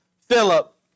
Philip